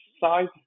side